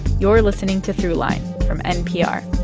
you're listening to throughline from npr.